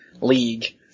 League